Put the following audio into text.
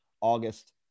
August